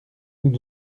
nous